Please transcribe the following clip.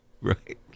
Right